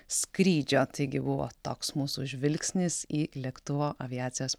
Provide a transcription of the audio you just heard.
skrydžio taigi buvo toks mūsų žvilgsnis į lėktuvo aviacijos